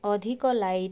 ଅଧିକ ଲାଇଟ୍